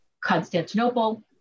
Constantinople